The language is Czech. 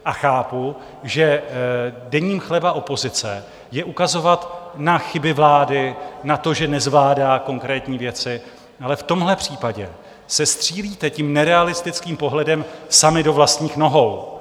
A chápu, že denní chleba opozice je ukazovat na chyby vlády, na to, že nezvládá konkrétní věci, ale v tomhle případě se střílíte tím nerealistickým pohledem sami do vlastních nohou.